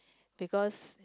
because